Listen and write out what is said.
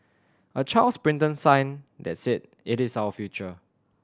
a child's printed sign that said it is our future